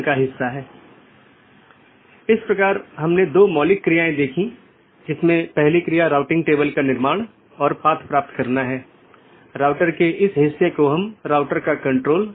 इसका मतलब है कि सभी BGP सक्षम डिवाइस जिन्हें BGP राउटर या BGP डिवाइस भी कहा जाता है एक मानक का पालन करते हैं जो पैकेट को रूट करने की अनुमति देता है